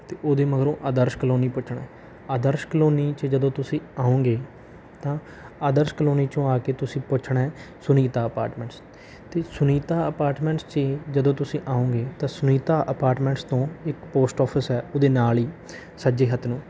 ਅਤੇ ਉਹਦੇ ਮਗਰੋਂ ਆਦਰਸ਼ ਕਲੋਨੀ ਪੁੱਛਣਾ ਆਦਰਸ਼ ਕਲੋਨੀ 'ਚ ਜਦੋਂ ਤੁਸੀਂ ਆਓਗੇ ਤਾਂ ਆਦਰਸ਼ ਕਲੋਨੀ ਚੋਂ ਆ ਕੇ ਤੁਸੀਂ ਪੁੱਛਣਾ ਸੁਨੀਤਾ ਅਪਾਰਟਮੈਂਟਸ ਅਤੇ ਸੁਨੀਤਾ ਅਪਾਰਟਮੈਂਟਸ 'ਚ ਜਦੋਂ ਤੁਸੀਂ ਆਓਗੇ ਤਾਂ ਸੁਨੀਤਾ ਅਪਾਰਟਮੈਂਟਸ ਤੋਂ ਇੱਕ ਪੋਸਟ ਆਫਿਸ ਹੈ ਉਹਦੇ ਨਾਲ ਹੀ ਸੱਜੇ ਹੱਥ ਨੂੰ